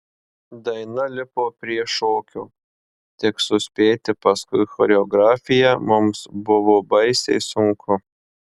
daina lipo prie šokio tik suspėti paskui choreografiją mums buvo baisiai sunku